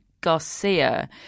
Garcia